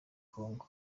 congo